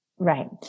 Right